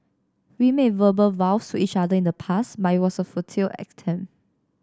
we made verbal vows to each other in the past but it was a futile attempt